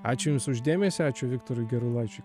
ačiū jums už dėmesį ačiū viktorui gerulaičiui